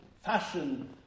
fashion